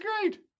great